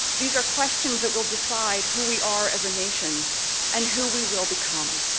these are questions that will decide who we are as a nation and who we will become.